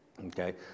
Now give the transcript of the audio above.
okay